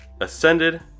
ascended